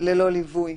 ללא ליווי,